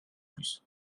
plus